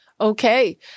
Okay